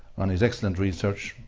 on his excellent research,